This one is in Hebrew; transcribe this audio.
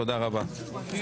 תודה רבה.